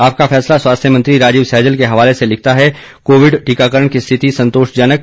आपका फैसला स्वास्थ्य मंत्री राजीव सैजल के हवाले से लिखता है कोविड टीकाकरण की स्थिति संतोषजनक